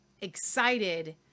excited